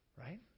Right